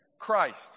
Christ